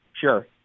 Sure